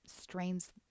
strains